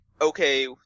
okay